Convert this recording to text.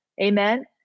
Amen